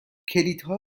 کلیدها